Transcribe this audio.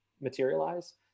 Materialize